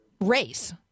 race